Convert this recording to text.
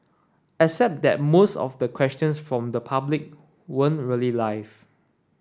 except that most of the questions from the public weren't really live